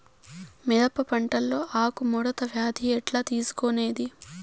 మిరప పంటలో ఆకు ముడత వ్యాధి ఎట్లా తెలుసుకొనేది?